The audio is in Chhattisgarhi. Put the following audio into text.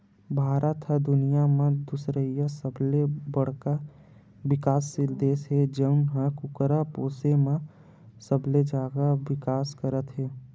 भारत ह दुनिया म दुसरइया सबले बड़का बिकाससील देस हे जउन ह कुकरा पोसे म सबले जादा बिकास करत हे